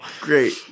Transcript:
Great